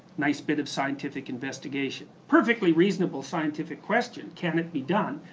nice bit of scientific investigation. perfectly reasonable scientific question can it be done?